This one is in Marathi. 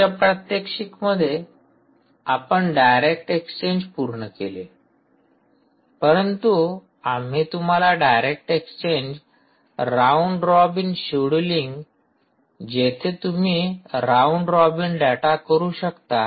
मागच्या प्रात्यक्षिकमध्ये आपण डायरेक्ट एक्सचेंज पूर्ण केले परंतु आम्ही तुम्हाला direct exchange round robin scheduling जेथे तुम्ही राऊंड रॉबिन डाटा करू शकता